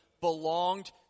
belonged